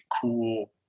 cool